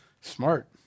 Smart